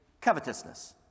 covetousness